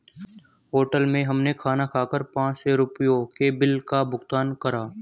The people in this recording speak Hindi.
होटल में हमने खाना खाकर पाँच सौ रुपयों के बिल का भुगतान करा